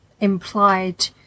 implied